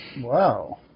Wow